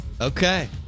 Okay